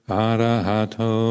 arahato